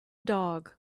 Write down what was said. dog